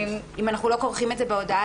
אם אנחנו לא כורכים את זה בהודעה,